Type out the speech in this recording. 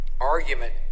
Argument